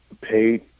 paid